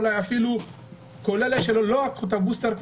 אולי אפילו כל אלה שלא לקחו את הבוסטר,